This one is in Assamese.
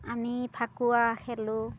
আমি ফাকুৱা খেলোঁ